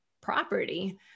property